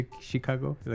Chicago